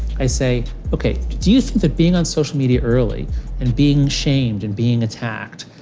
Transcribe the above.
i say, okay, do you think that being on social media early and being shamed and being attacked,